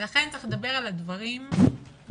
ולכן צריך לדבר על הדברים מראש.